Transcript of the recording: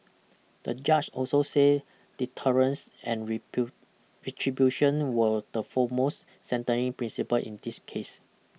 the judge also say deterrence and rebuilt retribution were the foremost sentencing principle in this case